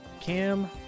Cam